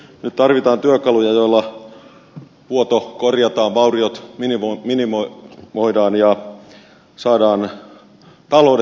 nyt tarvitaan työkaluja joilla vuoto korjataan vauriot minimoidaan ja saadaan taloudet tasapainoon